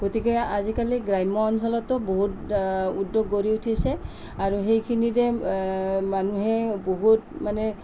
গতিকে আজিকালি গ্ৰাম্য অঞ্চলতো বহুত উদ্যোগ গঢ়ি উঠিছে আৰু সেইখিনিৰে মানুহে বহুত মানে